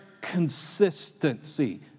consistency